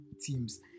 teams